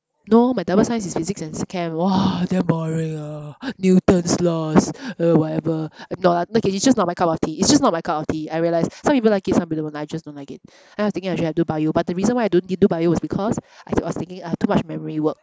no my double science is physics and s~ chem !wah! damn boring ah newton's laws uh whatever no lah okay it's just not my cup of tea it's just not my cup of tea I realise some people like it some people don't I just don't like it and I was thinking I should have do bio but the reason why I don't didn't do bio was because I was thinking uh too much memory work